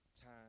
time